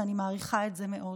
ואני מעריכה את זה מאוד.